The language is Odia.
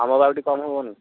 ଆମ ପାଇଁ ଟିକେ କମ ହେବନି